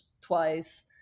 twice